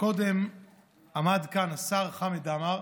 קודם עמד כאן השר חמד עמאר,